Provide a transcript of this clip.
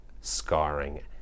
scarring